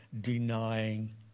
denying